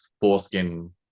foreskin